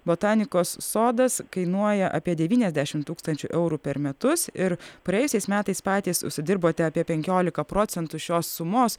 botanikos sodas kainuoja apie devyniasdešim tūkstančių eurų per metus ir praėjusiais metais patys užsidirbote apie penkiolika procentų šios sumos